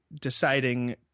deciding